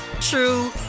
true